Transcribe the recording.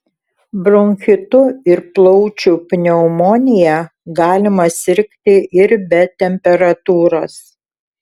bronchitu ir plaučių pneumonija galima sirgti ir be temperatūros